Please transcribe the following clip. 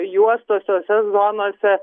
juostose sezonuose